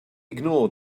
ignore